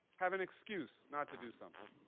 have an excuse not to do something.